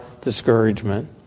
discouragement